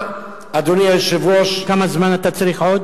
כמה זמן אתה צריך עוד?